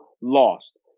lost